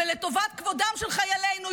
ולטובת כבודם של חיילינו,